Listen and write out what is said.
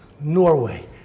Norway